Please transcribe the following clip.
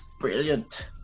Brilliant